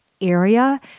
area